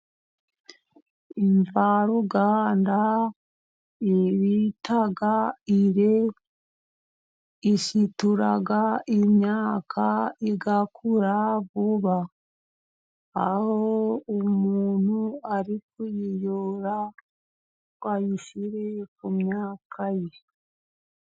Imvaruganda iyi bita ire ishitura imyaka igakura vuba, aho umuntu ari kuyiyora ngo ayishyire ku myaka ye.